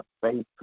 faith